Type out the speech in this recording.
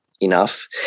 enough